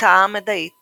המועצה המדעית